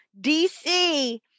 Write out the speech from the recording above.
DC